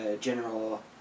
General